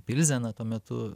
pilzeną tuo metu